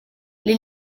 les